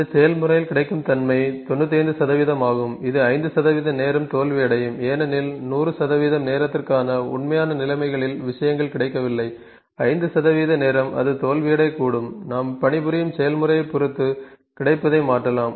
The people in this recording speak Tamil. இந்த செயல்முறையின் கிடைக்கும் தன்மை 95 ஆகும் இது 5 நேரம் தோல்வியடையும் ஏனெனில் 100 நேரத்திற்கான உண்மையான நிலைமைகளில் விஷயங்கள் கிடைக்கவில்லை 5 நேரம் அது தோல்வியடையக்கூடும் நாம் பணிபுரியும் செயல்முறையைப் பொறுத்து கிடைப்பதை மாற்றலாம்